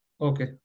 okay